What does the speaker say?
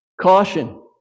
Caution